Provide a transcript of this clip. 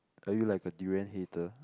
are you like a durian hater